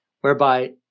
whereby